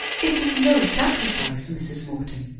it is no sacrifice, mrs. morton.